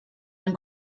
ein